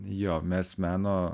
jo mes meno